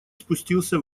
спустился